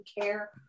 care